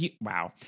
Wow